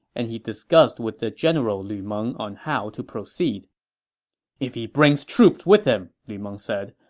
and he discussed with the general lu meng on how to proceed if he brings troops with him, lu meng said,